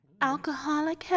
Alcoholic